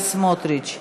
התשע"ז 2017,